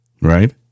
right